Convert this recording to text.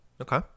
okay